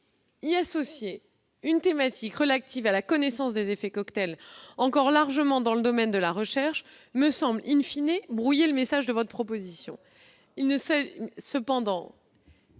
Y associer une thématique relative à la connaissance des effets cocktails relevant encore largement du domaine de la recherche me semble brouiller le message de cette proposition de loi. Cependant,